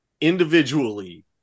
individually